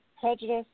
prejudice